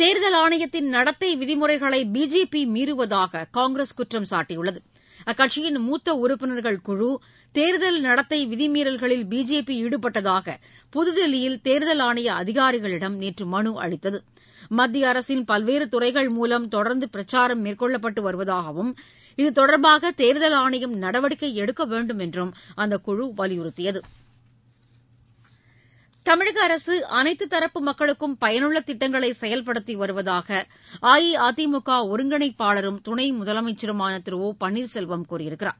தேர்தல் ஆணையத்தின் நடத்தை விதிமுறைகளை பிஜேபி மீறுவதாக காங்கிரஸ் குற்றம் சாட்டியுள்ளது கட்சியின் மூத்த உறுப்பினர்கள் குழு தேர்தல் நடத்தை விதிமீறல்களில் பிஜேபி ஈடுபட்டதாக புதுதில்லியில் தேர்தல் ஆணைய அதிகாரிகளிடம் நேற்று மனு அளித்தது மத்திய அரசின் பல்வேறு துறைகள் மூலம் தொடர்ந்து பிரச்சாரம் மேற்கொள்ளப்பட்டு வருவதாகவும் இது தொடர்பாக தேர்தல் ஆணையம் நடவடிக்கை எடுக்க வேண்டுமென்றும் அந்தக்குழு வலியுறுத்தியது தமிழக அரசு அனைத்து தரப்பு மக்களுக்கும் பயனுள்ள திட்டங்களை செயல்படுத்தி வருவதாக அஇஅதிமுக ஒருங்கிணைப்பாளரும் துணை முதலமைச்சருமான திரு ஒ பன்னீர்செல்வம் கூறியுள்ளார்